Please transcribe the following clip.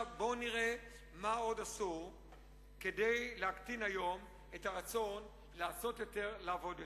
בואו נראה מה עוד עשו כדי להקטין היום את הרצון לעשות יותר ולעבוד יותר.